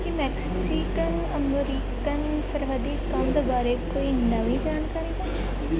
ਕੀ Mexican American ਸਰਹੱਦੀ ਕੰਧ ਬਾਰੇ ਕੋਈ ਨਵੀਂ ਜਾਣਕਾਰੀ ਹੈ